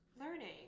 learning